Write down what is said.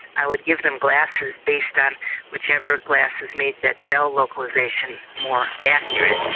i would give them glasses based on whichever glasses made that bell localisation more accurate.